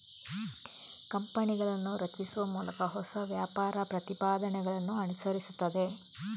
ಕಂಪನಿಗಳನ್ನು ರಚಿಸುವ ಮೂಲಕ ಹೊಸ ವ್ಯಾಪಾರ ಪ್ರತಿಪಾದನೆಗಳನ್ನು ಅನುಸರಿಸುತ್ತದೆ